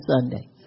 Sunday